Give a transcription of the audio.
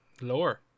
Lower